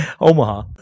Omaha